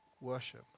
worship